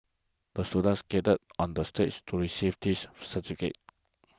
the student skated on the stage to receive this certificate